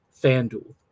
FanDuel